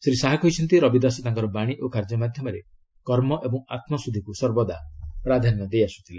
ଶ୍ରୀ ଶାହା କହିଛନ୍ତି ରବି ଦାସ ତାଙ୍କର ବାଣୀ ଓ କାର୍ଯ୍ୟ ମାଧ୍ୟମରେ କର୍ମ ଏବଂ ଆତ୍ମଶୁଦ୍ଧିକୁ ସର୍ବଦା ପ୍ରାଧାନ୍ୟ ଦେଇଆସୁଥିଲେ